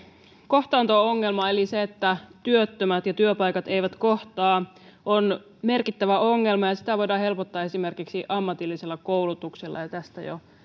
kohtaanto ongelma eli se että työttömät ja työpaikat eivät kohtaa on merkittävä ongelma ja sitä voidaan helpottaa esimerkiksi ammatillisella koulutuksella tästä jo